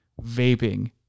vaping